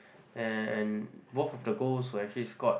and both of the goals were actually scored